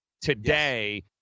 today